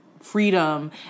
freedom